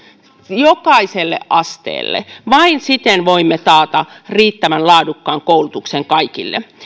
jokaiselle asteelle vain siten voimme taata riittävän laadukkaan koulutuksen kaikille